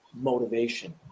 motivation